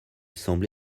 semble